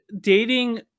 dating